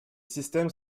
systèmes